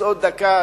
אז עוד דקה,